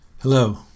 Hello